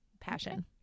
Passion